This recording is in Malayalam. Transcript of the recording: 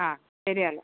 അ ശരി എന്നാൽ